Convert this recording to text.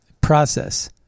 process